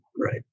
right